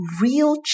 real